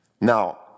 Now